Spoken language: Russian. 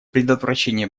предотвращение